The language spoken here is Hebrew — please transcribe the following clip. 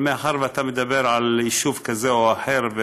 אבל מאחר שאתה מדבר על יישוב כזה או אחר,